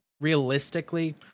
realistically